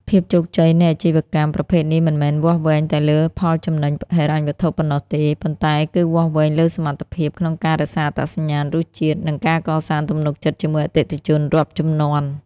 ភាពជោគជ័យនៃអាជីវកម្មប្រភេទនេះមិនមែនវាស់វែងតែលើផលចំណេញហិរញ្ញវត្ថុប៉ុណ្ណោះទេ ប៉ុន្តែគឺវាស់វែងលើសមត្ថភាពក្នុងការរក្សាអត្តសញ្ញាណរសជាតិ និងការកសាងទំនុកចិត្តជាមួយអតិថិជនរាប់ជំនាន់។